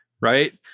right